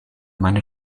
meine